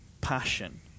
passion